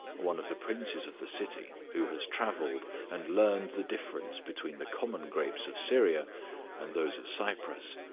one of the princes of the city, who has travelled, and learned the difference between the common grapes of syria and those of cyprus,